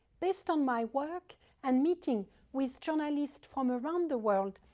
based on my work and meeting with journalists from around the world,